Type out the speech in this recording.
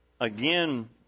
Again